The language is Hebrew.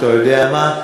אתה יודע מה,